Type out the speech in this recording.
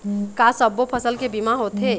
का सब्बो फसल के बीमा होथे?